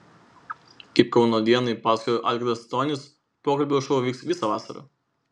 kaip kauno dienai pasakojo algirdas stonys pokalbių šou vyks visą vasarą